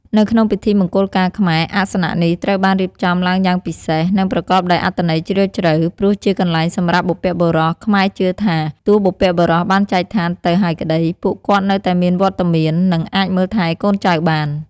នៅក្នុងពិធីមង្គលការខ្មែរ អាសនៈនេះត្រូវបានរៀបចំឡើងយ៉ាងពិសេស និងប្រកបដោយអត្ថន័យជ្រាលជ្រៅ ព្រោះជាកន្លែងសម្រាប់បុព្វបុរស ខ្មែរជឿថាទោះបុព្វបុរសបានចែកឋានទៅហើយក្តី ពួកគាត់នៅតែមានវត្តមាន និងអាចមើលថែកូនចៅបាន។